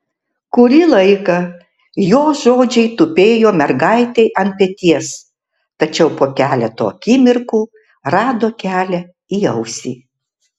kurį laiką jo žodžiai tupėjo mergaitei ant peties tačiau po keleto akimirkų rado kelią į ausį